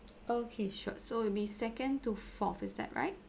okay sure so it'll be second to fourth is that right